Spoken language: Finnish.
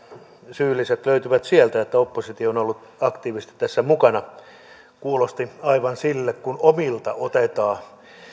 syylliset löytyvät sieltä että oppositio on on ollut aktiivisesti tässä mukana kuulosti aivan sille että omilta otetaan